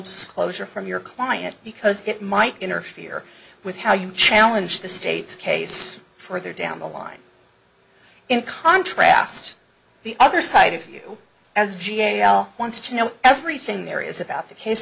disclosure from your client because it might interfere with how you challenge the state's case for their down the line in contrast the other side of you as g a o l wants to know everything there is about the case